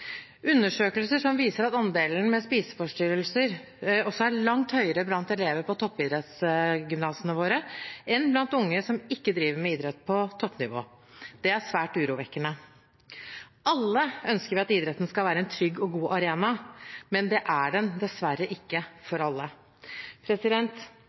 Undersøkelser viser at andelen med spiseforstyrrelser er langt høyere blant elever på toppidrettsgymnasene våre enn blant unge som ikke driver med idrett på toppnivå. Det er svært urovekkende. Alle ønsker vi at idretten skal være en trygg og god arena. Men det er den dessverre ikke